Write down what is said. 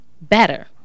better